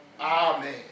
Amen